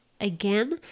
again